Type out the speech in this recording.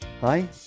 Hi